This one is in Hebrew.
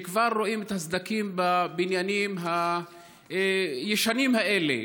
וכבר רואים את הסדקים בבניינים הישנים האלה.